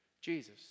Jesus